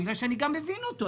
אני גם מבין אותו,